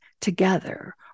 together